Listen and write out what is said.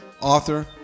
author